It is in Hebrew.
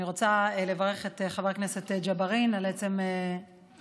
אני רוצה לברך את חבר הכנסת ג'בארין על עצם העלאת